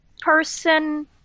person